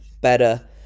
better